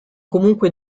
comunque